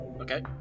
Okay